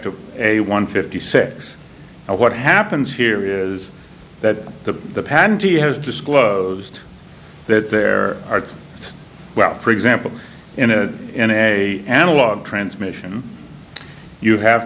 r a one fifty six and what happens here is that the panty has disclosed that there are two well for example in a in a analog transmission you have